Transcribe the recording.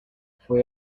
fue